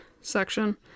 section